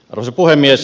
arvoisa puhemies